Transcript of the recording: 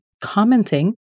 commenting